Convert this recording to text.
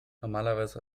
normalerweise